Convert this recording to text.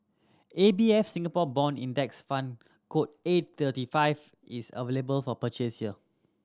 A B F Singapore Bond Index Fund code A thirty five is available for purchase here